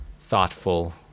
thoughtful